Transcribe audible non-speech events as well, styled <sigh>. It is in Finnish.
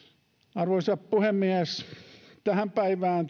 arvoisa puhemies tullakseni tähän päivään <unintelligible>